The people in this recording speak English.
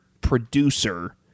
producer